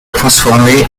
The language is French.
transformer